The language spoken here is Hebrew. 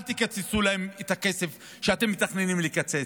אל תקצצו להן את הכסף שאתם מתכננים לקצץ,